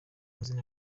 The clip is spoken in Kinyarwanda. izina